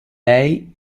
lei